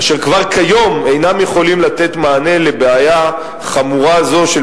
אשר כבר כיום אינם יכולים לתת מענה לבעיה חמורה זו של